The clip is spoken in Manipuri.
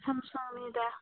ꯈꯝꯁꯃꯤꯗ